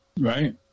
Right